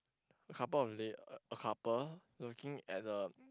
couple of lay a couple looking at the